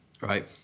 Right